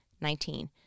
Nineteen